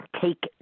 take